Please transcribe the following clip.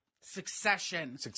Succession